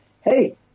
Hey